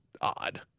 odd